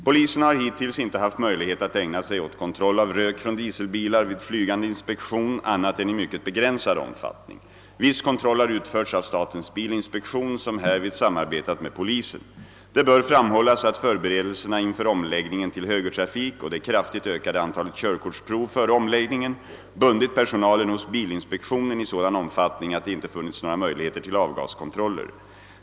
Polisen har hittills inte haft möjlighet att ägna sig åt kontroll av rök från dieselbilar vid flygande inspektion annat än i mycket begränsad omfattning. Viss kontroll har utförts av statens bilinspektion, som härvid samarbetat med polisen. Det bör framhållas att förberedelserna inför omläggningen till högertrafik och det kraftigt ökade antalet körkortsprov före omläggningen bundit personalen hos bilinspektionen i sådan omfattning att det inte funnits några möjligheter till avgaskontroller.